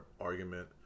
argument